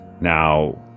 now